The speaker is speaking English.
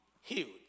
healed